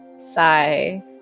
sigh